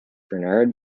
bernard